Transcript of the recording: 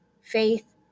faith